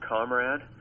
Comrade